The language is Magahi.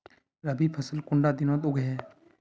रवि फसल कुंडा दिनोत उगैहे?